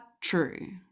true